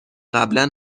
قبلا